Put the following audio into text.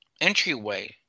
entryway